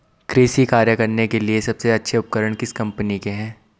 कृषि कार्य करने के लिए सबसे अच्छे उपकरण किस कंपनी के हैं?